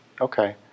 Okay